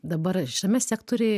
dabar šiame sektoriuj